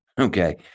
okay